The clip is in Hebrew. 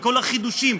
בכל החידושים,